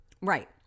Right